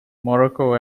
morocco